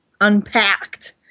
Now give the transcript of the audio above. unpacked